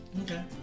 Okay